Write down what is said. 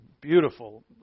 beautiful